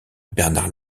bernard